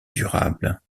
durable